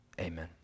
amen